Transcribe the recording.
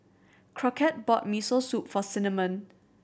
Crockett bought Miso Soup for Cinnamon